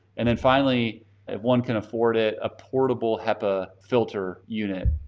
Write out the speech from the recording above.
and then finally, if one can afford it, a portable hepa filter unit.